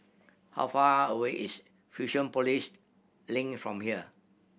how far away is Fusionopolis Link from here